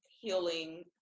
healing